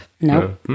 No